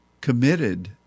committed